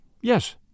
Yes